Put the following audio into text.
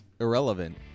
irrelevant